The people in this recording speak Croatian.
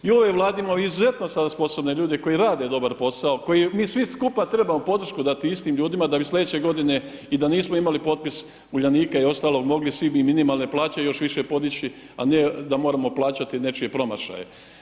I u ovoj Vladi imamo izuzetno sposobne ljude koji rade dobar posao, koji mi svi skupa podršku dati tim istim ljudima da bi slijedeće godine i da nismo imali potpis Uljanika i ostalog, mogli svima minimalne plaće još više podići a ne da moramo plaćati nečije promašaje.